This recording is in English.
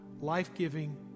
life-giving